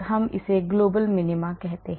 हम इसे global minima कहते हैं